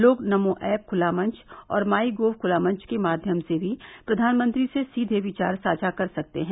लोग नमो ऐप ख्ला मंच और माइ गोव खुला मंच के माध्यम से भी प्रधानमंत्री से सीधे विचार साझा कर सकते हैं